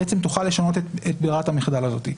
תוכל לשנות את ברירת המחדל הזאת.